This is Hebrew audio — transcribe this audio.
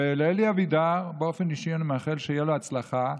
ולאלי אבידר באופן אישי אני מאחל הצלחה,